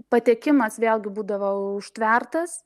patekimas vėlgi būdavo užtvertas